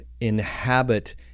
inhabit